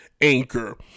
Anchor